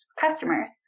customers